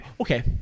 Okay